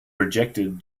rejected